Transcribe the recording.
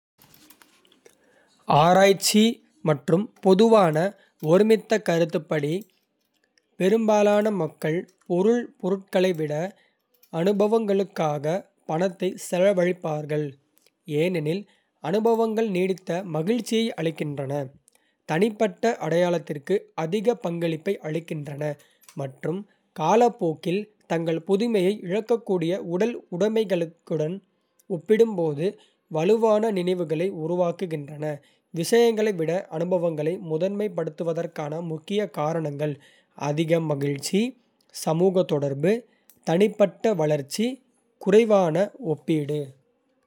ஆராய்ச்சி மற்றும் பொதுவான ஒருமித்த கருத்துப்படி, பெரும்பாலான மக்கள் பொருள் பொருட்களை விட அனுபவங்களுக்காக பணத்தை செலவழிப்பார்கள், ஏனெனில் அனுபவங்கள் நீடித்த மகிழ்ச்சியை அளிக்கின்றன, தனிப்பட்ட அடையாளத்திற்கு அதிக பங்களிப்பை அளிக்கின்றன மற்றும் காலப்போக்கில் தங்கள் புதுமையை இழக்கக்கூடிய உடல் உடைமைகளுடன் ஒப்பிடும்போது வலுவான நினைவுகளை உருவாக்குகின்றன. விஷயங்களை விட அனுபவங்களை முதன்மைப்படுத்துவதற்கான முக்கிய காரணங்கள் அதிக மகிழ்ச்சி. சமூக தொடர்பு. தனிப்பட்ட வளர்ச்சி. குறைவான ஒப்பீடு.